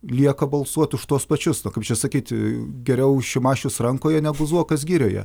lieka balsuot už tuos pačius na kaip čia sakyt geriau šimašius rankoje negu zuokas girioje